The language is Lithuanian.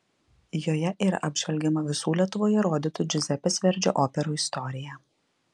joje yra apžvelgiama visų lietuvoje rodytų džiuzepės verdžio operų istorija